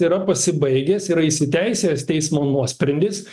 yra pasibaigęs yra įsiteisėjęs teismo nuosprendis